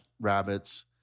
rabbits